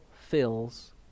fills